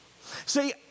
See